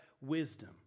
wisdom